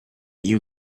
you